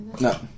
No